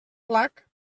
flac